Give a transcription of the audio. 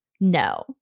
No